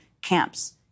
camps